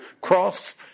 cross